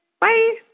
Bye